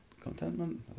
Contentment